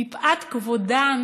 מפאת כבודן